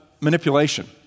manipulation